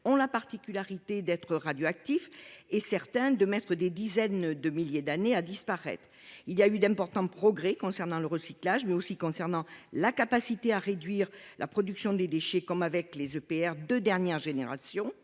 ont la particularité d'être radioactifs et de mettre, pour certains, des dizaines de milliers d'années à disparaître. S'il y a eu d'importants progrès concernant le recyclage, mais aussi la capacité à réduire la production des déchets, notamment avec les EPR de dernière génération,